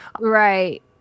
right